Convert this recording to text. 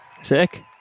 Sick